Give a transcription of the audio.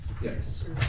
Yes